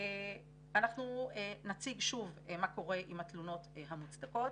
אנחנו נציג שוב מה קורה עם התלונות המוצדקות.